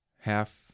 half